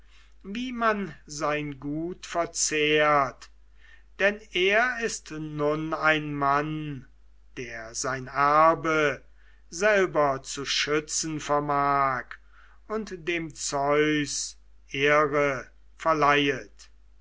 wie man sein gut verzehrt denn er ist nun ein mann der sein erbe selber zu schützen vermag und dem zeus ehre verleihet